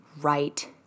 right